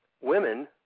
women